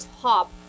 top